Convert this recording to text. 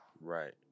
Right